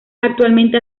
actualmente